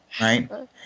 Right